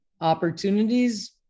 opportunities